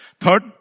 Third